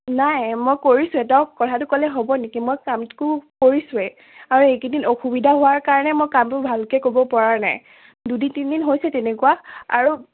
নাই মই কৰিছোঁয়েই কথাটো ক'লে হ'ব নেকি মই কামটো কৰিছোঁয়েই আৰু এইকেইদিন অসুবিধা হোৱাৰ কাৰণে মই কামতো ভালকৈ কৰিব পৰা নাই দুদিন তিনিদিন হৈছে তেনেকুৱা আৰু